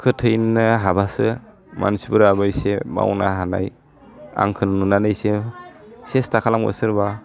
खोथैनो हाबासो मानसिफोराबो एसे मावनो हानाय आंखौ नुनानैसो सेस्था खालामो सोरबा